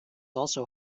also